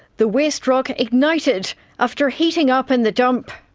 the waste rock ignited after heating up in the dump.